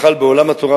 בכלל בעולם התורה,